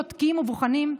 בודקים ובוחנים.